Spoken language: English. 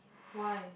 why